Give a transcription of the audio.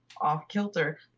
off-kilter